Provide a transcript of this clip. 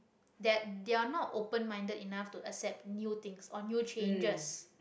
that they're not open-minded enough to accept new things or new changes